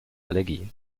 allergie